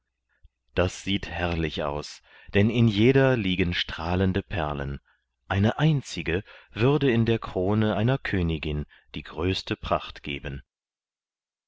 das sieht herrlich aus denn in jeder liegen strahlende perlen eine einzige würde in der krone einer königin die größte pracht geben